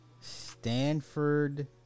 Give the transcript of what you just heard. Stanford